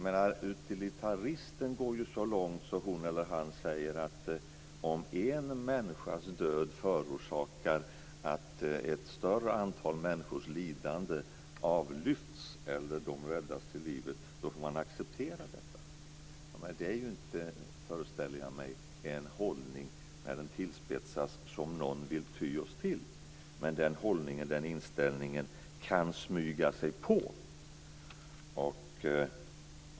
Utilitaristen går ju så långt att hon eller han säger att man, om en människas död medför att ett större antal människors lidande avlyfts eller att de räddas till livet, får acceptera detta. Jag föreställer mig att det inte är en hållning som någon vill ty sig till när den tillspetsas. Men den hållningen och den inställningen kan smyga sig på.